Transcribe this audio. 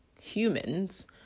humans